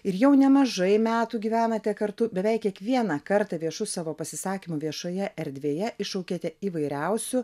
ir jau nemažai metų gyvenate kartu beveik kiekvieną kartą viešu savo pasisakymu viešoje erdvėje iššaukiate įvairiausių